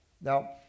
Now